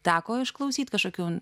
teko išklausyt kažkokių